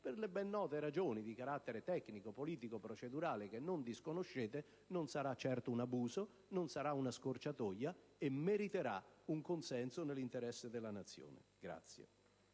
per le ben note ragioni di carattere tecnico, politico, procedurale che non disconoscete, non sarà certo un abuso, né una scorciatoia, e meriterà un consenso nell'interesse della Nazione.